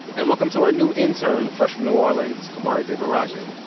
and welcome to our new intern, fresh from new orleans, komari devarajin.